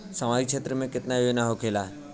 सामाजिक क्षेत्र में केतना योजना होखेला?